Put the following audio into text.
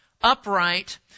upright